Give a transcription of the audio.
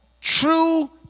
true